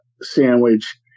sandwich